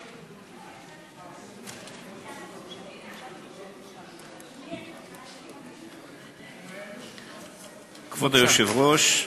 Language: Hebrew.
כבוד היושב-ראש,